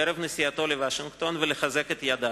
ערב נסיעתו לוושינגטון ולחזק את ידיו.